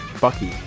Bucky